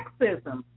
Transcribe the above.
sexism